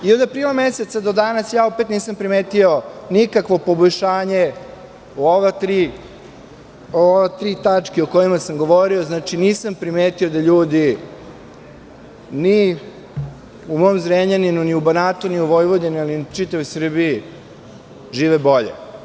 Od aprila meseca do danas ja opet nisam primetio nikakvo poboljšanje u ove tri tačke o kojima sam govorio, nisam primetio da ljudi u Zrenjaninu, ni u Banatu, ni u Vojvodini, ni u čitavoj Srbiji žive bolje.